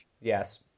Yes